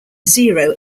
zero